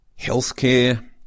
Healthcare